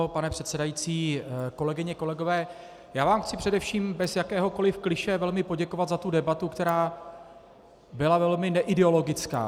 Pane předsedající, kolegyně, kolegové, já vám chci především bez jakéhokoliv klišé velmi poděkovat za debatu, která byla velmi neideologická.